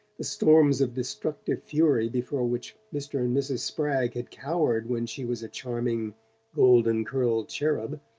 the storms of destructive fury before which mr. and mrs. spragg had cowered when she was a charming golden-curled cherub.